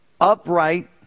upright